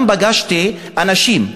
פגשתי שם אנשים,